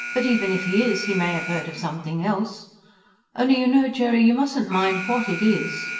but even if he is, he may have heard of something else only you know, jerry, you mustn't mind what it is.